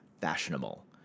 fashionable